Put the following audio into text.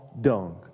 dung